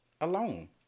Alone